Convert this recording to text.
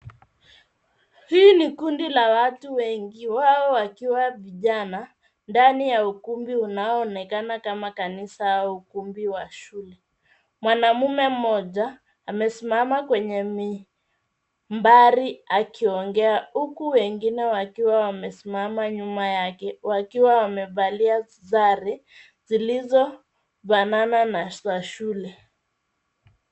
Hii ni kikundi la watu wengi wao wakiwa vijana ndani ya ukumbi unaoonekana kama kanisa au ukumbi wa shule. Mwanamume mmoja amesimama kwenye mimbari akiongea huku wengine wakiwa wamesimama nyuma yake wakiwa wamevalia sare zilizofanana na za shule.